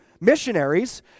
missionaries